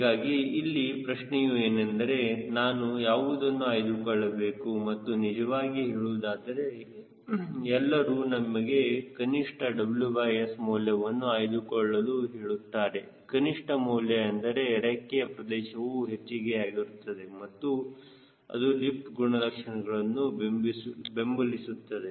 ಹೀಗಾಗಿ ಇಲ್ಲಿ ಪ್ರಶ್ನೆಯು ಏನೆಂದರೆ ನಾನು ಯಾವುದನ್ನು ಆಯ್ದುಕೊಳ್ಳಬೇಕು ಎಂದು ನಿಜವಾಗಿ ಹೇಳುವುದಾದರೆ ಎಲ್ಲರೂ ನಿಮಗೆ ಕನಿಷ್ಠ WS ಮೌಲ್ಯವನ್ನು ಆಯ್ದುಕೊಳ್ಳಲು ಹೇಳುತ್ತಾರೆ ಕನಿಷ್ಠ ಮೌಲ್ಯ ಎಂದರೆ ರೆಕ್ಕೆಯ ಪ್ರದೇಶವು ಹೆಚ್ಚಿಗೆ ಯಾಗಿರುತ್ತದೆ ಮತ್ತು ಅದು ಲಿಫ್ಟ್ ಗುಣಲಕ್ಷಣಗಳನ್ನು ಬೆಂಬಲಿಸುತ್ತದೆ